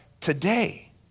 today